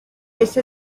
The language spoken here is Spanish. ese